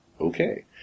Okay